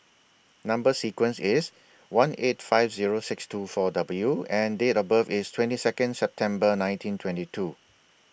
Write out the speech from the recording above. Number sequence IS S one eight five Zero six two four W and Date of birth IS twenty Second September nineteen twenty two